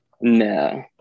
No